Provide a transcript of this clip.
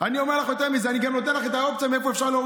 אני מבטיחה לבדוק את זה.